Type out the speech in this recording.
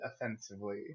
offensively